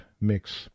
mix